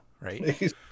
right